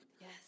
Yes